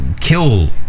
kill